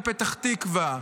מפתח תקווה,